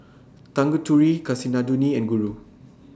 Tanguturi Kasinadhuni and Guru